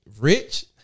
rich